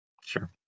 Sure